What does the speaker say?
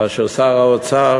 כאשר שר האוצר